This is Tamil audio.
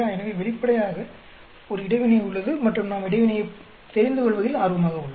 எனவே வெளிப்படையாக ஒரு இடைவினை உள்ளது மற்றும் நாம் இடைவினையை தெரிந்து கொள்வதில் ஆர்வமாக உள்ளோம்